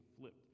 flipped